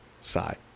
side